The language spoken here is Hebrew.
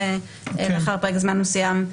והמחיקה לאחר פרק זמן מסוים,